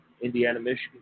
Indiana-Michigan